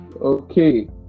okay